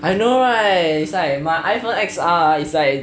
I know right it's like my iphone X_R is like